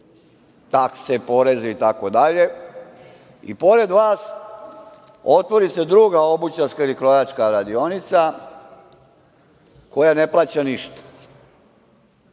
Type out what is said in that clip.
takse, poreze itd, i pored vas otvori se druga obućarska ili krojačka radionica koja ne plaća ništa,